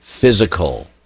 physical